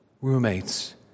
Roommates